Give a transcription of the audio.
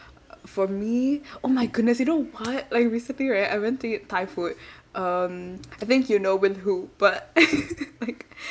for me oh my goodness you know what like recently right I went to eat thai food um I think you know with who but like